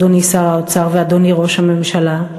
אדוני שר האוצר ואדוני ראש הממשלה,